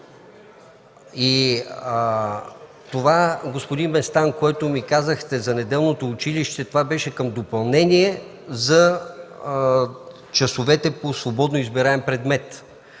Господин Местан, това което ми казахте, за неделното училище, беше към допълнение за часовете по свободно избираем предмет.